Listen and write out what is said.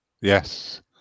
Yes